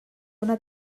una